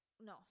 no